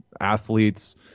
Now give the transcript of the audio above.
athletes